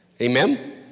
amen